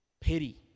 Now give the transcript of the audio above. pity